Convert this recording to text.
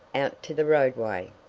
out to the roadway.